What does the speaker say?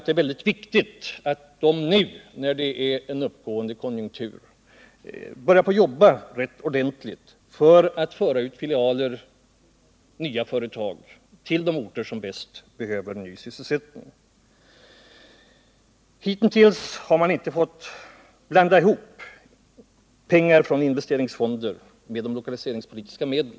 Det är mycket viktigt att den nu under uppåtgående konjunktur börjar jobba ordentligt för att föra ut filialer och nya företag till de orter som bäst behöver ny sysselsättning. Hittills har man inte fått blanda pengar från investeringsfonder och lokaliseringspolitiska medel.